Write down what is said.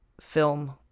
film